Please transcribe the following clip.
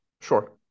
Sure